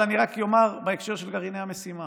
אבל אני רק אומר בהקשר של גרעיני המשימה,